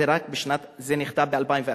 זה נכתב ב-2011.